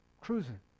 cruising